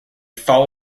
fall